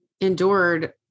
endured